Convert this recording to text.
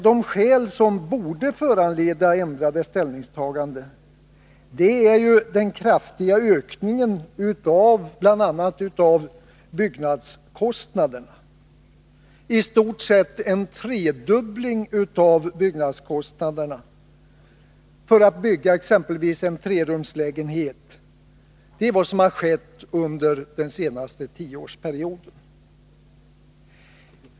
De skäl som borde föranleda ett ändrat ställningstagande är den kraftiga ökningen av bl.a. byggnadskostnaderna. Byggnadskostnaderna för exem pelvis en trerumslägenhet har i stort sett tredubblats under den senaste Nr 95 tioårsperioden.